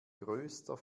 größter